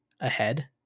ahead